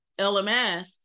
lms